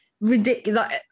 Ridiculous